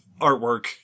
artwork